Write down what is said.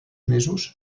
mesos